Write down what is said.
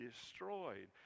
destroyed